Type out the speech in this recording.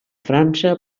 frança